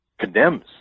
Condemns